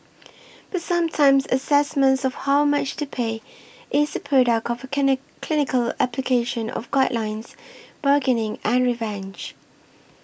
but sometimes assessments of how much to pay is a product of a clinic clinical application of guidelines bargaining and revenge